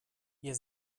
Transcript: ihr